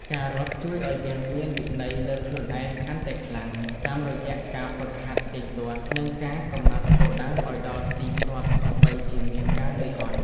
ការរត់ជួយឱ្យយើងមានវិន័យលើខ្លួនឯងកាន់តែខ្លាំង តាមរយៈការហ្វឹកហាត់ទៀងទាត់ និងការកំណត់គោលដៅឱ្យដល់ទីព្រ័ត្រទោះបីជាមានការនឿយហត់។